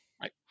right